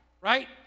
right